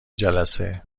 جلسه